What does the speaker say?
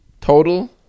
total